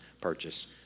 purchase